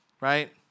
right